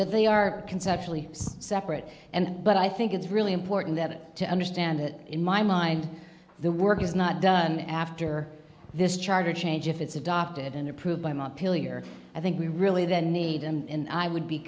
but they are conceptually separate and but i think it's really important that to understand that in my mind the work is not done after this charter change if it's adopted and approved by montpelier i think we really then need and i would be